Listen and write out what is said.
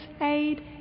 aid